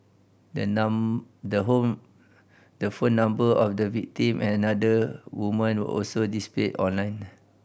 the the home the phone number of the victim another woman were also displayed on lines